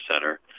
center